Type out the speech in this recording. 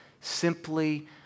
simply